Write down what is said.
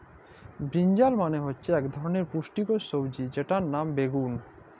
বিরিনজাল মালে হচ্যে ইক ধরলের পুষ্টিকর সবজি যেটর লাম বাগ্যুন